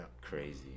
Crazy